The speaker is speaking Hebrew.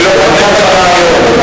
מההתחלה היום.